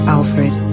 Alfred